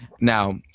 now